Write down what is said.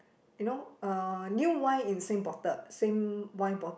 you know uh new wine in same bottle same wine bottle